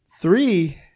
Three –